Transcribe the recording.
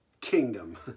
Kingdom